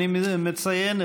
אני מציין,